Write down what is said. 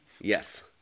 Yes